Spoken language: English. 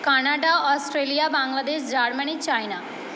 Canada Australia Bangladesh Germany China